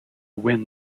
win